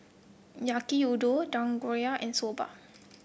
Yaki Udon Dangojiru and Soba